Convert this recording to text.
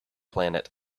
planet